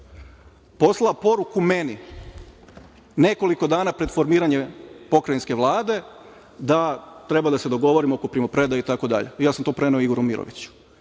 poslala poruku meni, nekoliko dana pred formiranje pokrajinske Vlade, da treba da se dogovorimo oko primopredaje, itd. Ja sam to preneo Igoru Miroviću. Prema